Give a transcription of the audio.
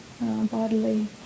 bodily